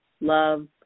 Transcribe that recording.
love